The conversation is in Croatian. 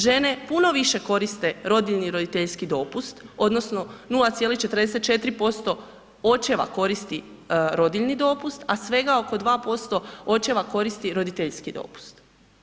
Žene puno više koriste rodiljni i roditeljski dopust odnosno 0,44% očeva koristi rodiljni dopust a svega oko 2% očeva koristi roditeljski dopust.